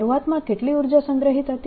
શરૂઆતમાં કેટલી ઉર્જા સંગ્રહીત હતી